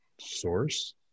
source